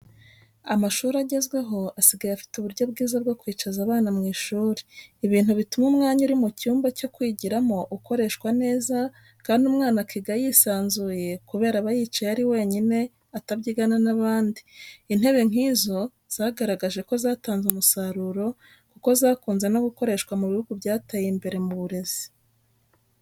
Amashuri agezweho asigaye afite uburyo bwiza bwo kwicaza abana mu ishuri, ibintu bituma umwanya uri mu cyumba cyo kwigiramo ukoreshwa neza, kandi umwana akiga yisanzuye kubera aba yicaye ari wenyine atabyigana n'abandi; intebe nk'izo zagaragaje ko zatanze umusaruro, kuko zakunze no gukoreshwa mu bihugu byateye imbere mu burezi.